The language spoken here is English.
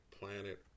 planet